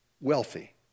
wealthy